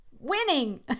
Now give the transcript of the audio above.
Winning